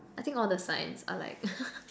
I think all the signs are like